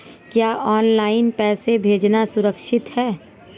क्या ऑनलाइन पैसे भेजना सुरक्षित है?